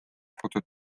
fotod